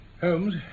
Holmes